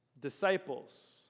disciples